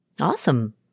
Awesome